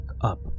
up